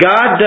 God